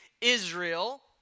Israel